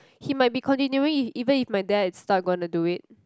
he might be continuing even if my dad is not gonna do it